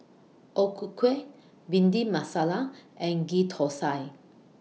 O Ku Kueh Bhindi Masala and Ghee Thosai